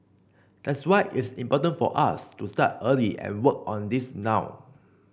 that's why it's important for us to start early and work on this now